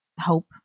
hope